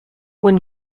when